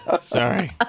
Sorry